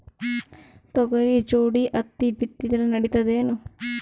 ತೊಗರಿ ಜೋಡಿ ಹತ್ತಿ ಬಿತ್ತಿದ್ರ ನಡಿತದೇನು?